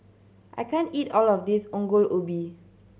I can't eat all of this Ongol Ubi